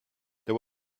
there